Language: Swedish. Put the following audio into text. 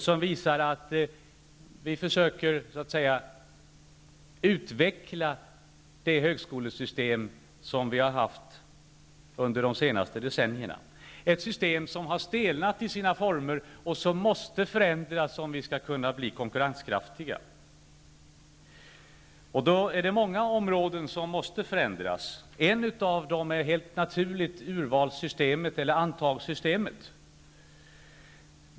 Det visar att vi försöker utveckla det högskolesystem som vi haft under de senaste decennierna. Det är ett system som har stelnat i sina former och måste förändras om vi skall kunna bli konkurrenskraftiga. Det är många områden som måste förändras. Ett av dem är helt naturligt urvalssystemet, eller antagningssystemet.